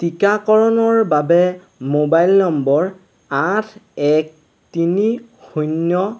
টীকাকৰণৰ বাবে mobile number আঠ এক তিনি শূন্য